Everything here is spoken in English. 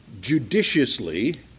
judiciously